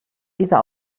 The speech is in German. dieser